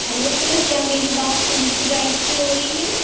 hello sir क्या मेरी बात टूरिस्ट गाइड से हो रही है